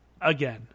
again